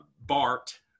Bart